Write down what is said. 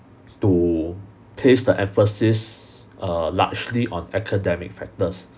to place the emphasis err largely on academic factors